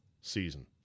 season